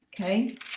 Okay